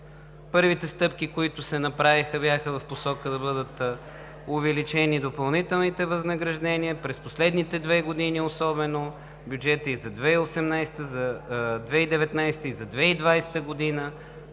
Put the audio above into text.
Първите стъпки, които се направиха, бяха в посока да бъдат увеличени допълнителните възнаграждения. През последните две години особено – бюджетът и за 2018 г., 2019 г., и 2020 г.